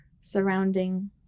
surrounding